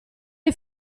hai